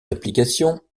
applications